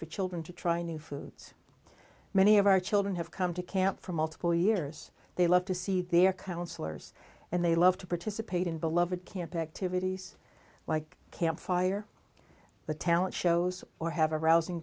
for children to try new foods many of our children have come to camp for multiple years they love to see their counselors and they love to participate in beloved camp activities like camp fire the talent shows or have a rousing